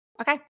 okay